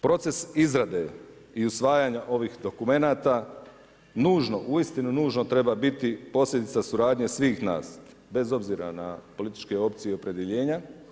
Proces izrade i usvajanja ovih dokumenata nužno, uistinu nužno treba biti posljedica suradnje svih nas bez obzira na političke opcije i opredjeljenja.